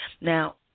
Now